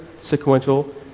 sequential